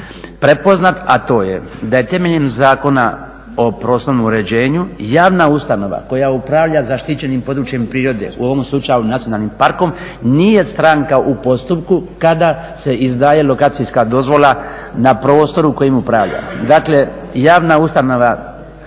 prepoznat, a to je da je temeljem Zakona o prostornom uređenju javna ustanova koja upravlja zaštićenim područjem prirode, u ovom slučaju nacionalnim parkom, nije stranka u postupku kada se izdaje lokacijska dozvola na prostoru kojim upravlja.